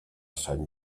sant